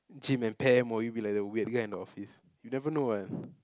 Jim and Pam will you be like the weird guy in the office you never know what